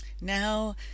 Now